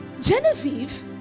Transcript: Genevieve